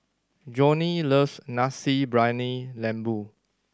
Johnnie loves Nasi Briyani Lembu